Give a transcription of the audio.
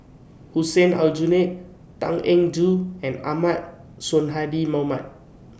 Hussein Aljunied Tan Eng Joo and Ahmad Sonhadji Mohamad